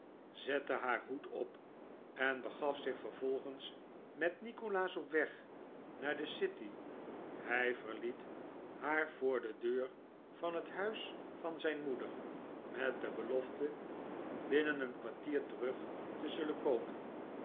zette haar hoed op en begaf zich vervolgens met nikolaas op weg naar de city hij verliet haar voor de deur van het huis van zijn moeder met de belofte blnnen een kwartier terug te zullen komen